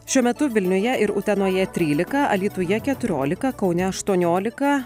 šiuo metu vilniuje ir utenoje trylika alytuje keturiolika kaune aštuoniolika